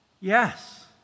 Yes